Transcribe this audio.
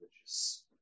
religious